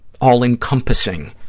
all-encompassing